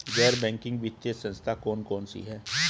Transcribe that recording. गैर बैंकिंग वित्तीय संस्था कौन कौन सी हैं?